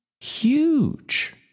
huge